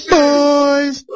boys